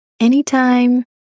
anytime